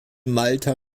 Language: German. malta